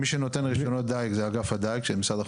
מי שנותן רישיונות דייג זה אגף הדייג של משרד החקלאות,